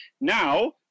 Now